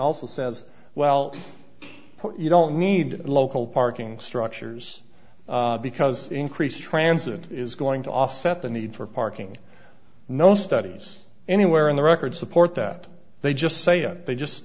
l says well you don't need local parking structures because increased transit is going to offset the need for parking no studies anywhere in the record support that they just say they just